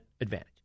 advantage